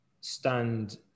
stand